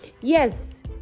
Yes